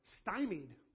stymied